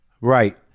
Right